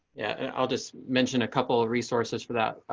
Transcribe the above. yeah and i'll just mentioned a couple resources for that.